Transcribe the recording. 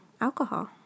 alcohol